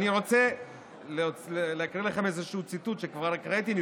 אני רוצה להקריא לכם איזשהו ציטוט שכבר הקראתי פה,